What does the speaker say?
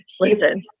Listen